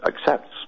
accepts